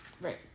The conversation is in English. Right